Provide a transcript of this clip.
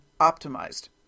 optimized